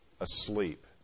asleep